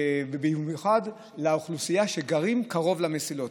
ובמיוחד לאוכלוסייה שגרה קרוב למסילות,